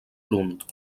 lund